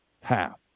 half